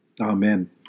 Amen